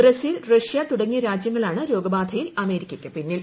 Brazil Russia തുടങ്ങിയ രാജ്യങ്ങളാണ് രോഗബാധയിൽ അമേരിക്കയ്ക്ക് പിന്നിൽ